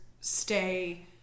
stay